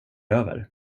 över